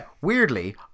Weirdly